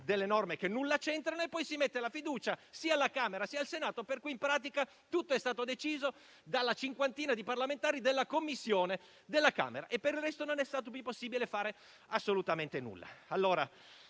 delle norme che nulla c'entrano, ponendo infine la questione di fiducia, sia alla Camera che al Senato, per cui in pratica tutto è stato deciso dalla cinquantina di parlamentari della Commissione della Camera e per il resto non è stato più possibile fare assolutamente nulla.